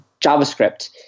JavaScript